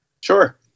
Sure